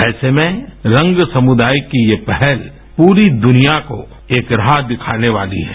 ऐसे में रंग समुदाय की ये पहल पूरी दुनिया को एक राह दिखाने वाली है